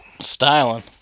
styling